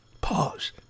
Pause